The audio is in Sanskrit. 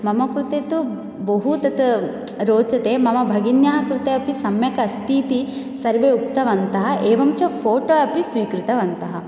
मम कृते तु बहु तत् रोचते मम भगिन्या कृते अपि सम्यक् अस्ति इति सर्वे उक्तवन्तः एवञ्च फोटो अपि स्वीकृतवन्तः